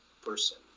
person